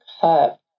cup